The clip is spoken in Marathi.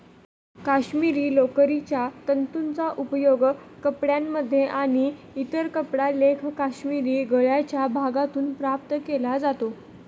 काश्मिरी लोकरीच्या तंतूंचा उपयोग कपड्यांमध्ये आणि इतर कपडा लेख काश्मिरी गळ्याच्या भागातून प्राप्त केला जातो